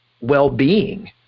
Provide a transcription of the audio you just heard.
well-being